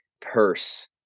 purse